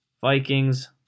Vikings